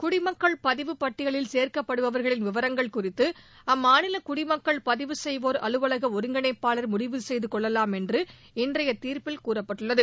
குடிமக்கள் பதிவு பட்டியலில் சேர்க்கப்படுபவர்களின் விவரங்கள் குறித்து அம்மாநில குடிமக்கள் பதிவு செய்வோர் அலுவலக ஒருங்கிணைப்பாளர் முடிவு செய்து கொள்ளலாம் என்று இன்றைய தீர்ப்பில் கூறப்பட்டுள்ளது